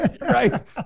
right